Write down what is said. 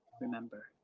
remember